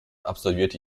absolvierte